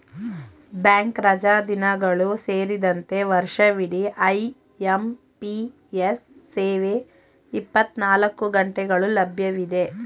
bank ರಜಾದಿನಗಳು ಸೇರಿದಂತೆ ವರ್ಷವಿಡಿ ಐ.ಎಂ.ಪಿ.ಎಸ್ ಸೇವೆ ಇಪ್ಪತ್ತನಾಲ್ಕು ಗಂಟೆಗಳು ಲಭ್ಯವಿದೆ